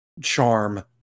charm